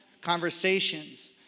conversations